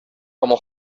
como